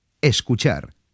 Escuchar